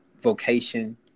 vocation